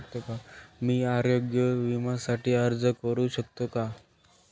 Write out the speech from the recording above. मी आरोग्य विम्यासाठी अर्ज करू शकतो का?